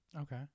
Okay